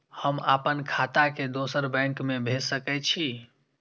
हम आपन खाता के दोसर बैंक में भेज सके छी?